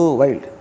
wild